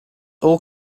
all